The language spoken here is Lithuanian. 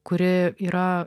kuri yra